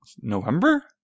November